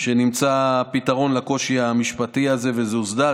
שנמצא פתרון לקושי המשפטי הזה וזה הוסדר.